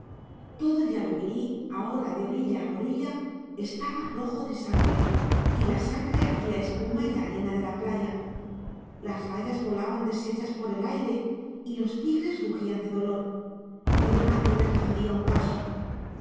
todo el yabebirí ahora de orilla a orilla estaba rojo de sangre y la sangre hacía espuma en la arena de la playa las rayas volaban deshechas por el aire y los tigres rugían de dolor pero nadie retrocedía un paso